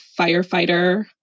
firefighter